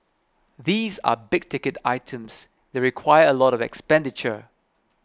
these are big ticket items they require a lot of expenditure